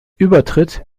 übertritt